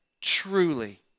truly